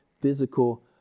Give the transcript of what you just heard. physical